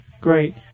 Great